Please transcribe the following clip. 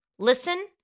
Listen